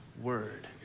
word